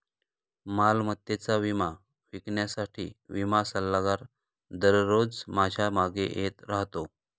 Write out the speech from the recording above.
मालमत्तेचा विमा विकण्यासाठी विमा सल्लागार दररोज माझ्या मागे येत राहतो